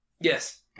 Yes